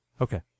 Okay